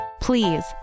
Please